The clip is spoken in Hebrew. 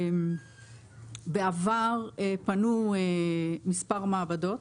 בעבר פנו מספר מעבדות